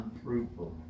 unfruitful